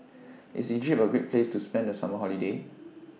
IS Egypt A Great Place to spend The Summer Holiday